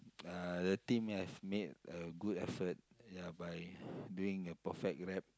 uh the team have made a good effort ya by doing a perfect rap